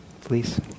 please